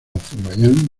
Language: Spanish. azerbaiyán